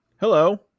Hello